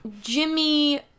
Jimmy